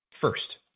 First